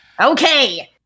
Okay